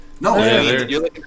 No